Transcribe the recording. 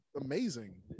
amazing